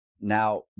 Now